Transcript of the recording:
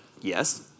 yes